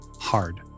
Hard